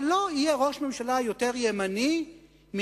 אבל לא יהיה ראש ממשלה יותר ימני מנתניהו,